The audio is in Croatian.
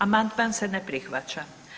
Amandman se ne prihvaća.